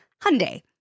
Hyundai